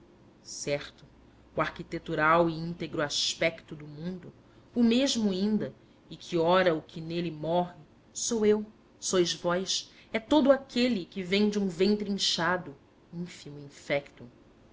certo o arquitetural e íntegro aspecto do mundo o mesmo inda e que ora o que nele morre sou eu sois vós é todo aquele que vem de um ventre inchado ínfimo e infecto